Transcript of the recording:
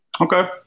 Okay